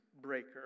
breaker